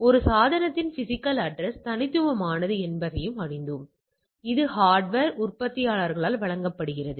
ஒரு சாதனத்தின் physical address தனித்துவமானது என்பதையும் அறிந்தோம் இது ஹார்ட்வர் உற்பத்தியாளரால் வழங்கப்படுகிறது